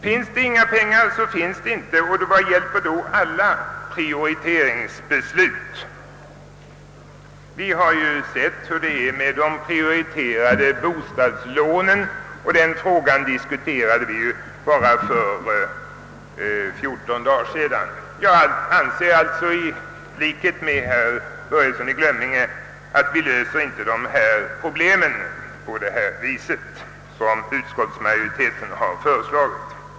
Finns det inga pengar, så finns det inte, och vad hjälper då alla prioriteringsbeslut? Vi har ju sett hur det är med de prioriterade bostadslånen — den frågan diskuterade vi ju för bara fjorton dagar sedan. Jag anser alltså i likhet med herr Börjesson i Glömminge att problemet inte går att lösa på det sätt som utskottsmajoriteten föreslagit.